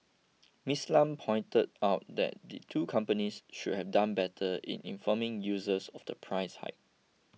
Miss Lam pointed out that the two companies could have done better in informing users of the price hike